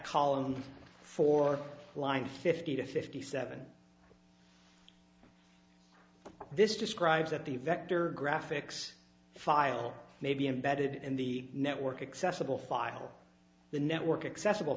column for line fifty to fifty seven this describes that the vector graphics file may be embedded in the network accessible file the network accessible